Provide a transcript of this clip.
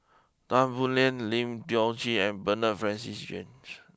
Tan Boo Liat Lim Tiong Ghee and Bernard Francis strange